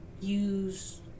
use